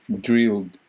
drilled